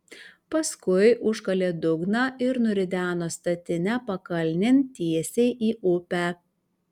paskui užkalė dugną ir nurideno statinę pakalnėn tiesiai į upę